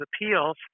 Appeals